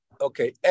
Okay